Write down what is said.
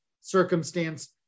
circumstance